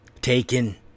taken